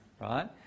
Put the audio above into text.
Right